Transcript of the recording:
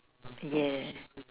ya